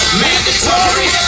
mandatory